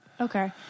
Okay